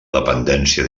dependència